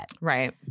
Right